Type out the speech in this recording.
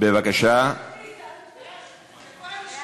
1 34